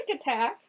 attack